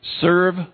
serve